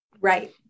Right